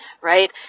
right